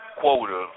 quota